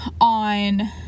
on